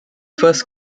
first